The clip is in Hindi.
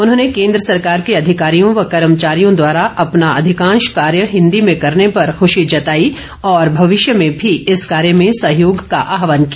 उन्होंने केन्द्र सरकार के अधिकारियों व कर्मचारियों द्वारा अपना अधिकांश कार्य हिन्दी में करने पर खुशी जताई और भविष्य में भी इस कार्य में सहयोग का आहवान किया